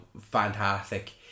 fantastic